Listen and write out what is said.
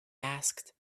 asked